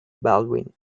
baldwin